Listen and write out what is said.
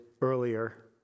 earlier